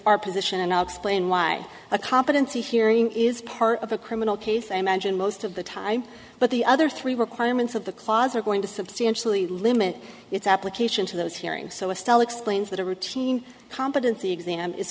our position and i'll explain why a competency hearing is part of a criminal case i imagine most of the time but the other three requirements of the claws are going to substantially limit its application to those hearings so a style explains that a routine competency exam is